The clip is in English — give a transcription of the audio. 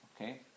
Okay